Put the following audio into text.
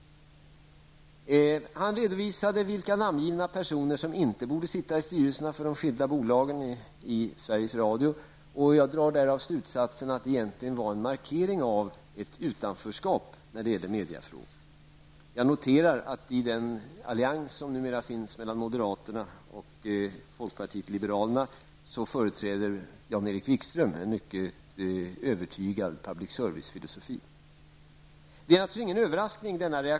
Han redovisade vilka namngivna personer som inte borde sitta i styrelserna för de skilda bolagen i Sveriges Radio. Jag drar därav slutsatsen att det egentligen var en markering av ett utanförskap när det gäller mediafrågor. Jag noterar att i den allians som numera finns mellan moderaterna och folkpartiet liberalerna företräder Jan-Eric Wikström en mycket övertygad public servicefilosofi. Denna reaktion är alltså ingen överraskning.